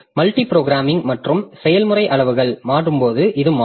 multi programming மற்றும் செயல்முறை அளவுகள் மாறும்போது இது மாறும்